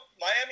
Miami